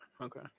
Okay